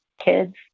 kids